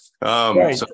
right